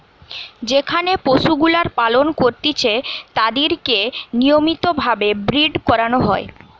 যেখানে পশুগুলার পালন করতিছে তাদিরকে নিয়মিত ভাবে ব্রীড করানো হয়